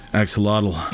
axolotl